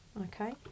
okay